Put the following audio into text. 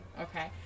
Okay